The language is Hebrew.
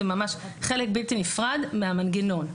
זה ממש חלק בלתי נפרד מהמנגנון.